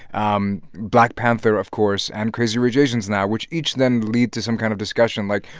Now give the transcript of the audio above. um black panther, of course, and crazy rich asians now, which each then lead to some kind of discussion like,